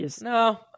No